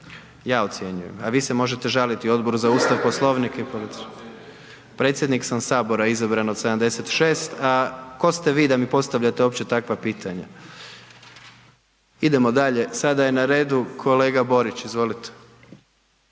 sa strane, ne razumije se./… Predsjednik sam Sabora izabran od 76 a tko ste vi da mi postavljate uopće takva pitanja? Idemo dalje, sada je na redu kolega Borić, izvolite.